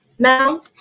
Now